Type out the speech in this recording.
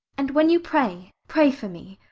and when you pray, pray for me.